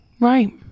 Right